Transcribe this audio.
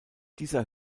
dieser